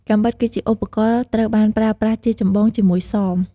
កាំបិត គឺជាឧបករណ៍ត្រូវបានប្រើប្រាស់ជាចម្បងជាមួយសម។